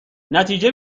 نتیجه